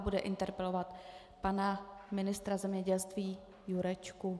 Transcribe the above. Bude interpelovat pana ministra zemědělství Jurečku.